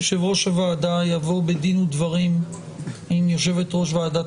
יושב-ראש הוועדה יבוא בדין ודברים עם יושבת-ראש ועדת